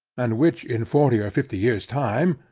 and which in forty or fifty years time,